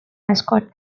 mascot